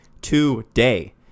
today